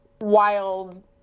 wild